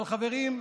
אבל חברים,